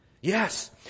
Yes